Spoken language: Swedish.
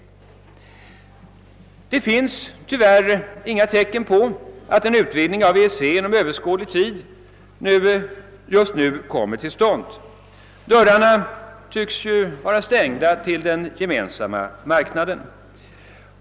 Det finns tyvärr inga tecken på att en utvidgning av EEC inom överskådlig tid kommer till stånd. Dörrarna tycks vara stängda till den gemensamma marknaden.